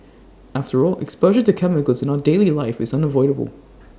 after all exposure to chemicals in our daily life is unavoidable